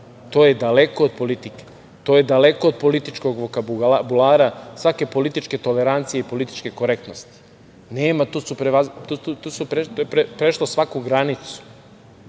To je daleko od politike, daleko od političkog vokabulara, svake političke tolerancije i političke korektnosti. Nema, to je prešlo svaku granicu.